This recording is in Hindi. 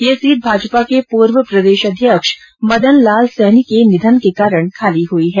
यह सीट भाजपा के पूर्व प्रदेशाध्यक्ष मदन लाल सैनी को निधन के कारण खाली हुई है